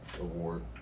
award